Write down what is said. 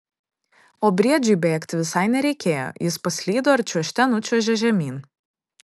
o briedžiui bėgti visai nereikėjo jis paslydo ir čiuožte nučiuožė žemyn